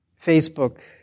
Facebook